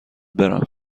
برم